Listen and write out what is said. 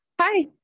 Hi